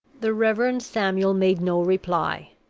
the reverend samuel made no reply.